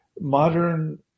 modern